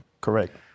Correct